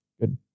Good